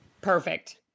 Perfect